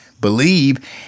believe